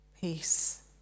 peace